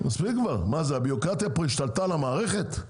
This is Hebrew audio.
מספיק כבר, מה זה הבירוקרטיה פה השתלטה על המערכת?